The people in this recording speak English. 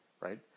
right